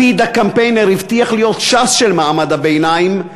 לפיד הקמפיינר הבטיח להיות ש"ס של מעמד הביניים,